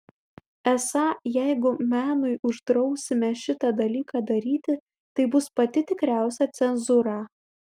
esą jeigu menui uždrausime šitą dalyką daryti tai bus pati tikriausia cenzūra